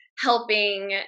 helping